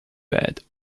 bed